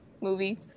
movie